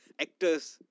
actors